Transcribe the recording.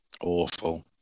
awful